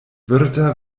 virta